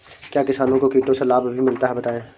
क्या किसानों को कीटों से लाभ भी मिलता है बताएँ?